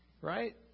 right